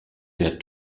der